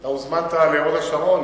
אתה הוזמנת להוד-השרון,